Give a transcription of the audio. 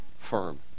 firm